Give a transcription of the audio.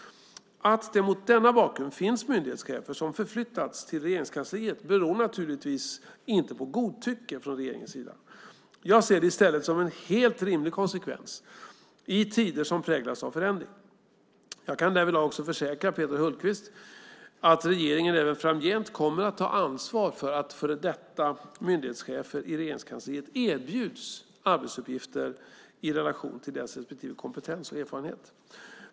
Att det mot denna bakgrund finns myndighetschefer som förflyttats till Regeringskansliet beror naturligtvis inte på godtycke från regeringens sida. Jag ser det i stället som en helt rimlig konsekvens i tider som präglas av förändring. Jag kan därvidlag också försäkra Peter Hultqvist att regeringen även framgent kommer att ta ansvar för att före detta myndighetschefer i Regeringskansliet erbjuds arbetsuppgifter i relation till deras respektive kompetens och erfarenhet.